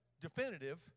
definitive